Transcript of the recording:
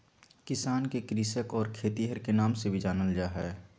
किसान के कृषक और खेतिहर के नाम से भी जानल जा हइ